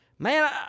Man